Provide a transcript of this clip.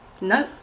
No